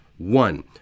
One